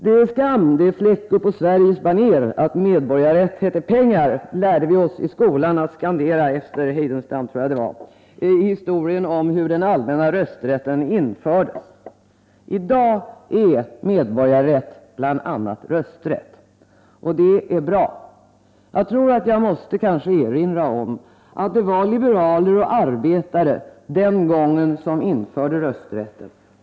”Det är skam, det är fläck på Sveriges baner att medborgarrätt heter pengar.” Detta lärde vi oss i skolan att skandera efter Heidenstam. Så hette det när den allmänna rösträtten infördes. I dag är medborgarrätt bl.a. rösträtt, och det är bra. Jag tror att jag kanske behöver erinra om att det var liberaler och arbetare som den gången införde rösträtten.